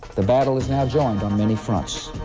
the battle is now joined on many fronts.